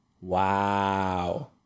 Wow